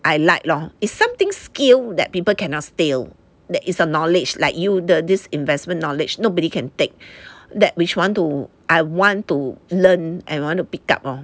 I like lor it's something skill that people cannot steal that is the knowledge like you the this investment knowledge nobody can take that which want to I want to learn and want to pick up lor